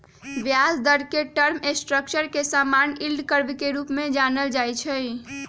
ब्याज दर के टर्म स्ट्रक्चर के समान्य यील्ड कर्व के रूपे जानल जाइ छै